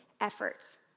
efforts